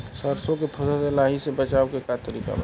सरसो के फसल से लाही से बचाव के का तरीका बाटे?